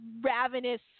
ravenous